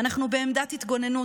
ואנחנו בעמדת התגוננות.